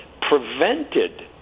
prevented